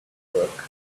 work